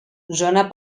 zona